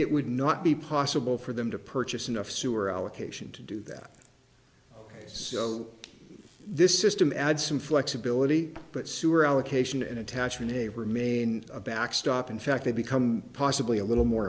it would not be possible for them to purchase enough sewer allocation to do that so this system add some flexibility but sewer allocation and attachment a remain a backstop in fact they become possibly a little more